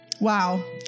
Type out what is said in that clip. Wow